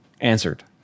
answered